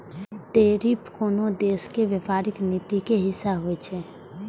tariff कोनो देशक व्यापारिक नीतिक हिस्सा होइ छै